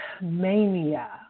mania